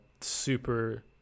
super